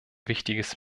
wichtiges